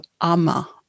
AMA